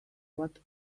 bat